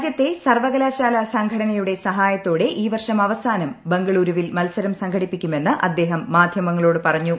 രാജ്യത്തെ സർവകലാശാല സംഘടനയുടെ സഹായത്തോടെ ഈ വർഷം അവസാനം ബംഗളുരുവിൽ മത്സരം സംഘടിപ്പിക്കുമെന്ന് അദ്ദേഹം മാധ്യമങ്ങളോട് പറഞ്ഞു